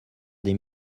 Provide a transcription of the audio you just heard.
des